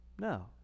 No